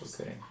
Okay